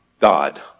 God